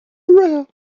rare